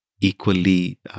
equally